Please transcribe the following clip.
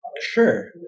Sure